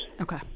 Okay